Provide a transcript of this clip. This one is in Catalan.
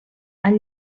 han